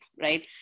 Right